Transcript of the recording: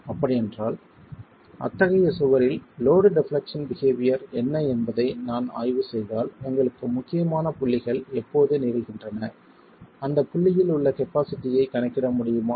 அப்படியென்றால் அத்தகைய சுவரில் லோட் டெப்லெக்சன் பிஹெவியர் என்ன என்பதை நான் ஆய்வு செய்தால் உங்களுக்கு முக்கியமான புள்ளிகள் எப்போது நிகழ்கின்றன அந்த புள்ளியில் உள்ள கப்பாசிட்டியைக் கணக்கிட முடியுமா